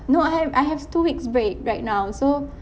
no I have I have two weeks break right now so